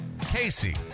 Casey